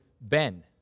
Ben